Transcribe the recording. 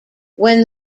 when